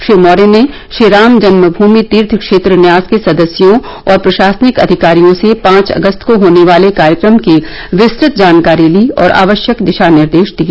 श्री मौर्य ने श्रीराम जन्म भूमि तीर्थ क्षेत्र न्यास के सदस्यों और प्रशासनिक अधिकारियों से पांच अगस्त को होने वाले कार्यक्रम की विस्तृत जानकारी ली और आवश्यक दिशानिर्देश दिए